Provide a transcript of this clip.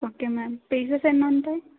okay ma'am pieces ఎన్నుంటాయి